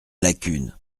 lacune